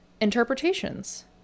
interpretations